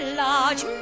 large